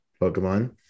Pokemon